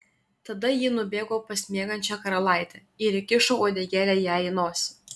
tada ji nubėgo pas miegančią karalaitę ir įkišo uodegėlę jai į nosį